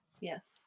Yes